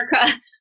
America